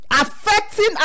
affecting